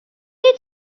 you